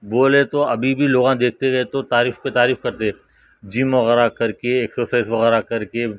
بولے تو ابھی بھی لوگوں دیکھتے رہے تو تعریف پہ تعریف کرتے جیم وغیرہ کر کے ایکسرسائز وغیرہ کر کے